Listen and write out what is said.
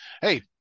Hey